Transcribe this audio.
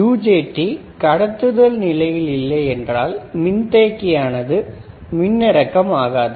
UJT கடத்துதல் நிலையில் இல்லை என்றால் மின்தேக்கி ஆனது மின்னிறக்கம் ஆகாது